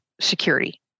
security